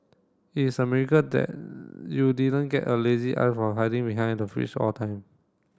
it's a miracle that you didn't get a lazy eye from hiding behind the fringe all time